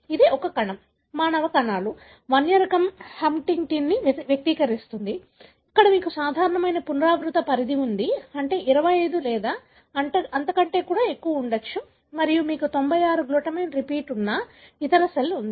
ఇది ఒక కణం మానవ కణాలు అడవి రకం హంటింగ్టిన్ని వ్యక్తీకరిస్తుంది ఇక్కడ మీకు సాధారణ పునరావృత పరిధి ఉంది అంటే 25 లేదా అంతకంటే ఎక్కువ ఉండవచ్చు మరియు మీకు 96 గ్లూటామైన్ రిపీట్ ఉన్న ఇతర సెల్ ఉంది